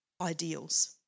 ideals